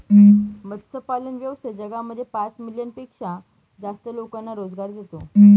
मत्स्यपालन व्यवसाय जगामध्ये पाच मिलियन पेक्षा जास्त लोकांना रोजगार देतो